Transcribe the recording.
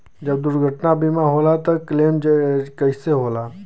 जब दुर्घटना बीमा होला त क्लेम कईसे होला?